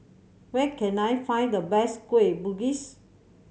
where can I find the best Kueh Bugis